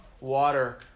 water